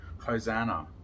Hosanna